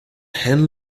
hand